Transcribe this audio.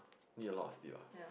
need a lot of sleep lah